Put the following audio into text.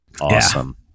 Awesome